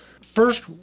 first